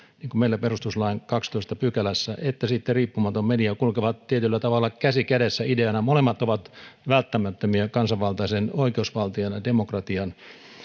niin kuin meillä perustuslain kahdennessatoista pykälässä että riippumaton media kulkevat tietyllä tavalla käsi kädessä ideana molemmat ovat välttämättömiä kansanvaltaisen oikeusvaltion ja ja demokra tian